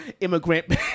immigrant